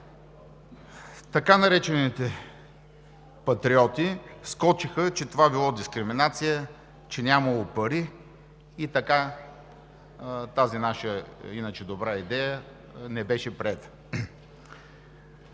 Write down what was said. Така наречените Патриоти скочиха, че това било дискриминация, че нямало пари и така тази наша иначе добра идея не беше приета.